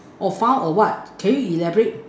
orh found a what can you elaborate